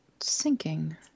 sinking